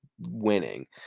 winning